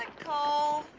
cole.